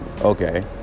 Okay